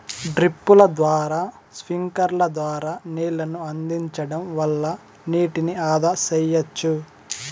డ్రిప్పుల ద్వారా స్ప్రింక్లర్ల ద్వారా నీళ్ళను అందించడం వల్ల నీటిని ఆదా సెయ్యచ్చు